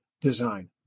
design